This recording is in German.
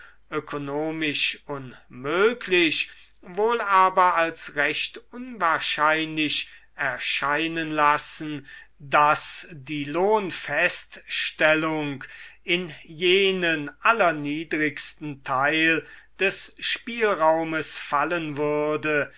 ökonomisch unmöglich wohl aber als recht unwahrscheinlich erscheinen lassen daß die lohnfeststellung in jenen allerniedrigsten teil des spielraumes fallen würde